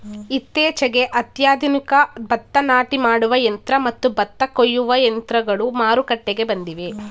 ಇತ್ತೀಚೆಗೆ ಅತ್ಯಾಧುನಿಕ ಭತ್ತ ನಾಟಿ ಮಾಡುವ ಯಂತ್ರ ಮತ್ತು ಭತ್ತ ಕೊಯ್ಯುವ ಯಂತ್ರಗಳು ಮಾರುಕಟ್ಟೆಗೆ ಬಂದಿವೆ